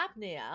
apnea